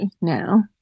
now